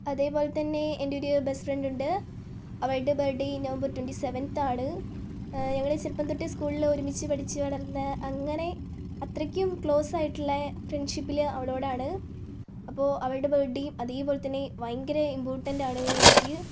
അതേപോലെത്തന്നെ എൻ്റെ ഒരു ബെസ്റ്റ് ഫ്രണ്ടുണ്ട് അവളുടെ ബർത്ത്ഡേ നവംബർ ട്വൻ്റി സെവെൻതാണ് ഞങ്ങൾ ഈ ചെറുപ്പം തൊട്ടേ സ്കൂളിൽ ഒരുമിച്ച് പഠിച്ചു വളർന്ന അങ്ങനെ അത്രയ്ക്കും ക്ലോസ്സായിട്ടുള്ള ഫ്രണ്ട്ഷിപ്പിൽ അവളോടാണ് അപ്പോൾ അവളുടെ ബർത്ത്ഡേയും അതേപോലെത്തന്നെ ഭയങ്കര ഇമ്പോർട്ടൻ്റാണ് എനിക്ക്